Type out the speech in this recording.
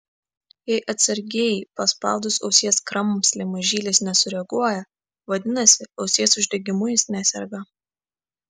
jei atsargiai paspaudus ausies kramslį mažylis nesureaguoja vadinasi ausies uždegimu jis neserga